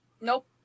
nope